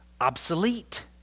obsolete